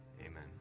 Amen